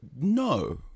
No